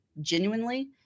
genuinely